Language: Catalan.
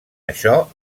això